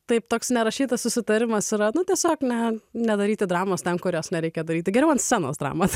taip toks nerašytas susitarimas yra nu tiesiog ne nedaryti dramos ten kur jos nereikia daryti geriau ant scenos dramą